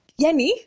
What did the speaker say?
yani